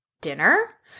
dinner